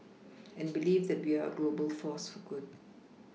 and believe that we are a global force for good